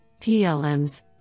PLMs